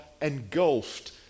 engulfed